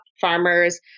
farmers